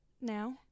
now